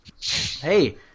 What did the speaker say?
hey